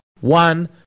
one